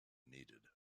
needed